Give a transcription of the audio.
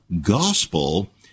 gospel